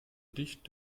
dicht